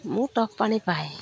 ମୁଁ ଟକ୍ ପାଣି ପାଏ